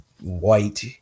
White